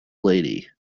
lady